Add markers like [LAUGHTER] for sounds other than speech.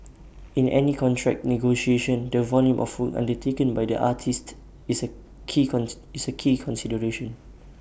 in any contract negotiation the volume of food undertaken by the artiste is A key [UNINTELLIGIBLE] is A key consideration